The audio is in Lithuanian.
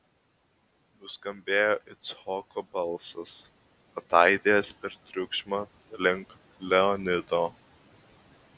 nuskambėjo icchoko balsas ataidėjęs per triukšmą link leonido